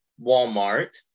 Walmart